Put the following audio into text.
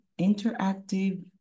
interactive